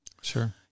Sure